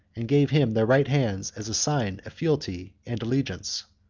and gave him their right hands as a sign of fealty and allegiance.